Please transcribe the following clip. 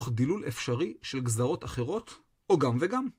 דילול אפשרי של גזרות אחרות, או גם וגם.